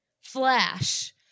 flash